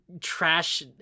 trash